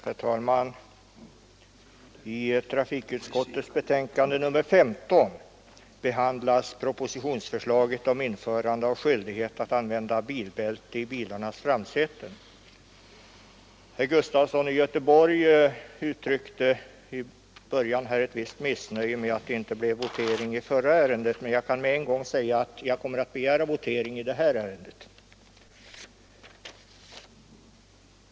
Herr talman! I trafikutskottets betänkande nr 15 behandlas propositionsförslaget om införande av skyldighet att använda bilbälte i bilarnas framsäten. Herr Sven Gustafson i Göteborg uttryckte ett visst missnöje över att det inte blev votering i det förra ärendet. Jag kan på en gång säga att jag kommer att begära votering i det här ärendet.